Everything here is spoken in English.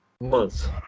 months